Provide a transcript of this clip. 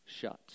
shut